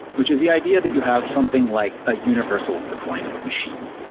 which is the idea that you have something like a universal deployment machine,